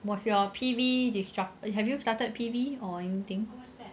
was your P_V disrupted have you started P_V or anything